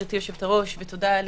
חשוב.